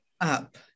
up